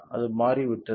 அது மாறிவிட்டது